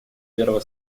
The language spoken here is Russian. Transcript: первого